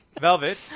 Velvet